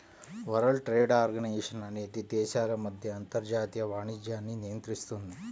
world trade organisation అనేది దేశాల మధ్య అంతర్జాతీయ వాణిజ్యాన్ని నియంత్రిస్తుంది